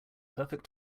perfect